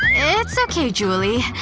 it's okay julie,